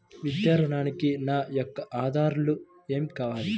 విద్యా ఋణంకి నా యొక్క ఆధారాలు ఏమి కావాలి?